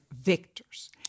victors